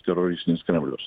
teroristinis kremlius